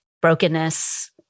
Brokenness